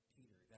Peter